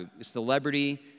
celebrity